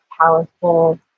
powerful